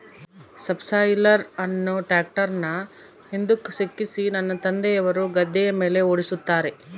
subsoiler ಅನ್ನು ಟ್ರ್ಯಾಕ್ಟರ್ನ ಹಿಂದುಕ ಸಿಕ್ಕಿಸಿ ನನ್ನ ತಂದೆಯವರು ಗದ್ದೆಯ ಮೇಲೆ ಓಡಿಸುತ್ತಾರೆ